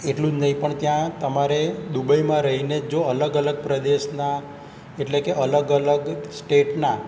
એટલું જ નહીં પણ ત્યાં તમારે દુબઈમાં રહીને જો અલગ અલગ પ્રદેશના એટલે કે અલગ અલગ સ્ટેટના